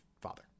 father